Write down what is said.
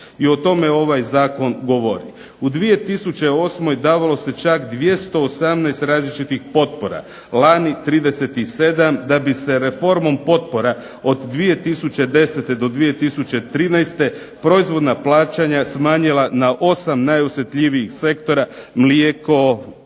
I o tome ovaj zakon govori. U 2008. davalo se čak 218 različitih potpora, lani 37 da bi se reformom potpora od 2010. do 2013. proizvodna plaćanja smanjila na 8 najosjetljivijih sektora mlijeko,